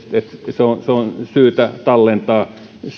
se on syytä tallentaa